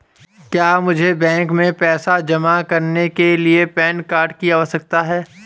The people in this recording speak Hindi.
क्या मुझे बैंक में पैसा जमा करने के लिए पैन कार्ड की आवश्यकता है?